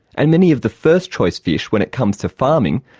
and many of the first choice fish when it comes to farming,